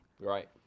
Right